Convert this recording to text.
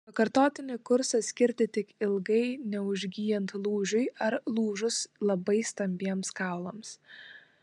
pakartotinį kursą skirti tik ilgai neužgyjant lūžiui ar lūžus labai stambiems kaulams